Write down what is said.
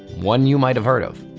one you might have heard of,